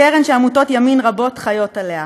קרן שעמותות ימין רבות חיות עליה,